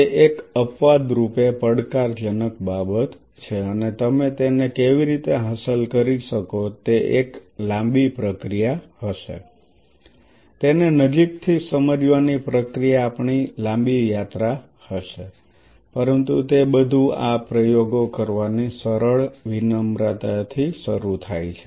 તે એક અપવાદરૂપે પડકારજનક બાબત છે અને તમે તેને કેવી રીતે હાંસલ કરી શકો છો તે એક લાંબી પ્રક્રિયા હશે તેને નજીક થી સમજવાની પ્રક્રિયા આપણી લાંબી યાત્રા હશે પરંતુ તે બધું આ પ્રયોગો કરવાની સરળ વિનમ્રતાથી શરૂ થાય છે